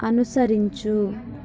అనుసరించు